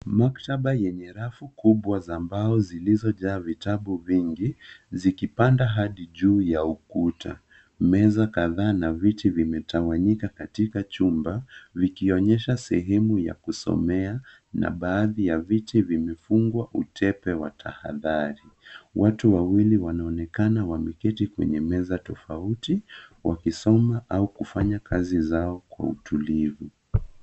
Maktaba yenye rafu kubwa za mbao zilizojaa vitabu vingi zikipanda hadi juu ya ukuta. Meza kadhaa na viti vimetawanyika katika chumba, vikionyesha sehemu ya kusomea na baadhi ya viti vimefungwa utepe wa tahathari. Watu wawili wanaonekana wameketi kwenye meza tofauti wakisoma au kufanya kazi zao kwa utulivu.